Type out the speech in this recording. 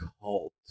cult